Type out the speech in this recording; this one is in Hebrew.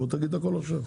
תגיד הכול עכשיו.